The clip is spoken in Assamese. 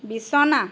বিছনা